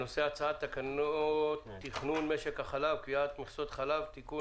על סדר היום הצעת תקנות תכנון משק החלב (קביעת מכסות חלב)(תיקון),